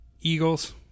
Eagles